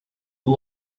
two